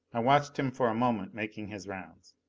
i watched him for a moment making his rounds.